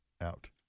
Out